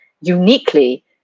uniquely